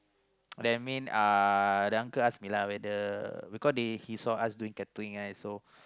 that mean uh the uncle ask me lah whether because they he saw us doing catering right so